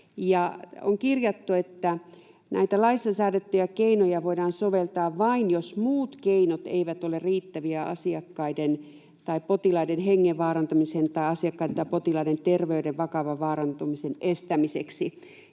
on kirjattu, että näitä laissa säädettyjä keinoja voidaan soveltaa vain, jos muut keinot eivät ole riittäviä asiakkaiden tai potilaiden hengen vaarantumisen tai asiakkaiden tai potilaiden terveyden vakavan vaarantumisen estämiseksi.